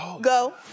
go